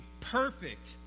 perfect